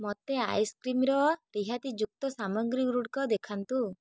ମୋତେ ଆଇସ୍କ୍ରିମ୍ର ରିହାତିଯୁକ୍ତ ସାମଗ୍ରୀ ଗୁଡ଼ିକ ଦେଖାନ୍ତୁ